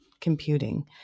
computing